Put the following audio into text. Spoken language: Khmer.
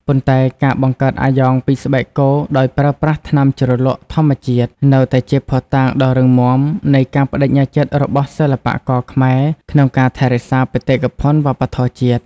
ប៉ុន្តែការបង្កើតអាយ៉ងពីស្បែកគោដោយប្រើប្រាស់ថ្នាំជ្រលក់ធម្មជាតិនៅតែជាភស្តុតាងដ៏រឹងមាំនៃការប្តេជ្ញាចិត្តរបស់សិល្បករខ្មែរក្នុងការថែរក្សាបេតិកភណ្ឌវប្បធម៌ជាតិ។